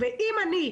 אם אני,